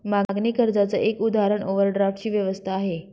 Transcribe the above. मागणी कर्जाच एक उदाहरण ओव्हरड्राफ्ट ची व्यवस्था आहे